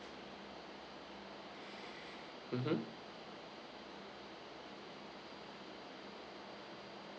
mmhmm